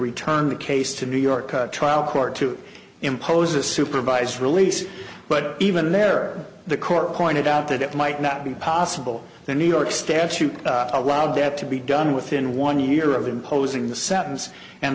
return the case to new york the trial court to impose a supervised release but even there the court pointed out that it might not be possible the new york statute allowed that to be done within one year of imposing the sentence and